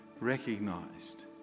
recognized